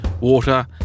water